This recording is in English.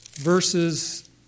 Verses